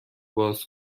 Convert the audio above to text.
باز